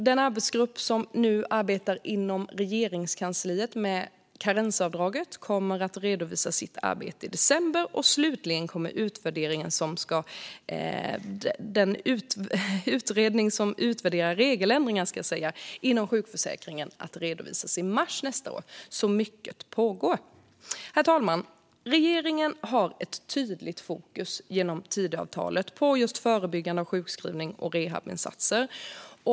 Den arbetsgrupp som nu arbetar inom Regeringskansliet med karensavdraget kommer att redovisa sitt arbete i december. Slutligen kommer den utredning som utvärderar regeländringar inom sjukförsäkringen att redovisas i mars nästa år. Det pågår alltså mycket. Herr talman! Regeringen har genom Tidöavtalet ett tydligt fokus på just förebyggande av sjukskrivningar och rehabinsatser.